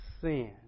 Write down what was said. sin